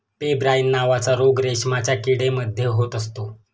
pebrine नावाचा रोग रेशमाच्या किडे मध्ये होत असतो